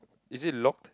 is it locked